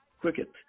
cricket